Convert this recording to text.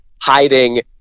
hiding